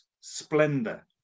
splendor